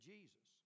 Jesus